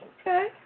Okay